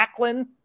Acklin